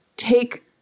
take